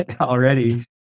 already